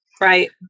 Right